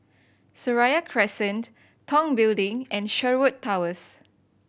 Seraya Crescent Tong Building and Sherwood Towers